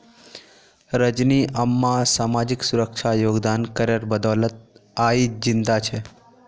रजनी अम्मा सामाजिक सुरक्षा योगदान करेर बदौलत आइज जिंदा छ